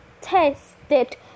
tested